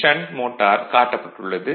shunt motor காட்டப்பட்டு உள்ளது